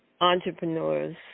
entrepreneurs